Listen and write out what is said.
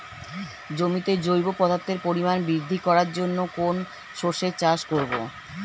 জমিতে জৈব পদার্থের পরিমাণ বৃদ্ধি করার জন্য কোন শস্যের চাষ করবো?